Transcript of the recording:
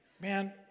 Man